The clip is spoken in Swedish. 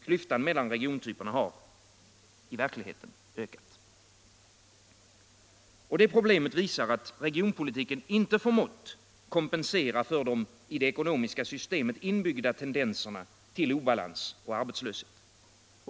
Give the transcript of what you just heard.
Klyftan mellan regiontyperna har i verkligheten ökat. Detta problem visar att regionpolitiken inte har förmått kompensera för de i det ekonomiska systemet inbyggda tendenserna till obalans och arbetslöshet.